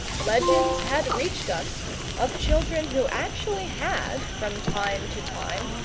legends had reached us of children who actually had, from time to time,